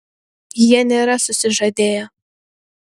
jie nėra susižadėję